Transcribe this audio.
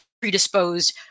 predisposed